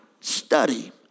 study